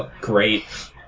Great